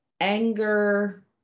anger